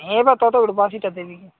ହେ ବା ତୋତେ ଗୋଟେ ବାସିଟା ଦେବି କି